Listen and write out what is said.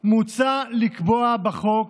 מוצע לקבוע בחוק